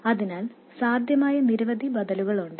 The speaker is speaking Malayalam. അതിനാൽ സാധ്യമായ നിരവധി ബദലുകൾ ഉണ്ട്